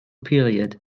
period